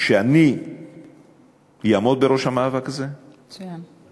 שאני אעמוד בראש המאבק הזה, מצוין.